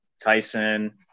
Tyson